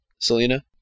Selena